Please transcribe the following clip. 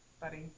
buddy